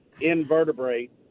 invertebrate